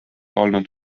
olnud